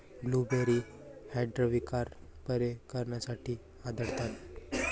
blueberry हृदयविकार बरे करण्यासाठी आढळतात